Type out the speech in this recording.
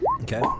okay